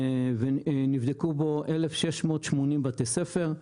נבדקו בו 1,680 בתי ספר,